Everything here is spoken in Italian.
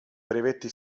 brevetti